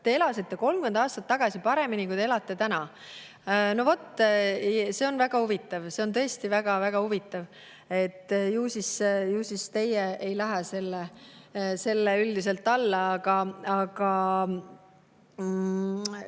Te elasite 30 aastat tagasi paremini, kui te elate täna? No vot, see on väga huvitav. See on tõesti väga huvitav. Ju siis teie ei lähe üldiselt selle alla.